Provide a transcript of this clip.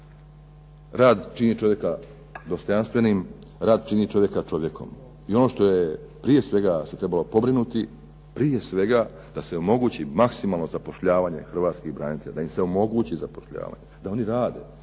Rad čini čovjeka dostojanstvenim, rad čini čovjeka čovjekom. I ono što se prije svega trebalo pobrinuti, prije svega da se omogući maksimalno zapošljavanje Hrvatskih branitelja, da im se omogući zapošljavanje, da oni rad,